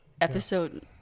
episode